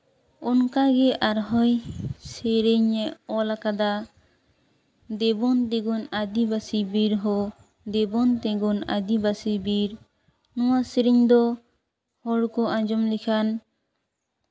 ᱚᱱᱠᱟ ᱜᱮ ᱟᱨᱦᱚᱸᱭ ᱥᱮᱨᱮᱧᱮ ᱟᱞᱟᱠᱟᱫᱟ ᱫᱮᱵᱚᱱ ᱛᱤᱸᱜᱩᱱ ᱟᱹᱫᱤᱵᱟᱹᱥᱤ ᱵᱤᱨ ᱦᱳ ᱫᱮᱵᱚᱱ ᱛᱤᱸᱜᱩᱱ ᱟᱹᱫᱤᱵᱟᱹᱥᱤ ᱵᱤᱨ ᱱᱚᱣᱟ ᱥᱮᱨᱮᱧ ᱫᱚ ᱦᱚᱲᱠᱚ ᱟᱸᱡᱚᱢ ᱞᱮᱠᱷᱟᱱ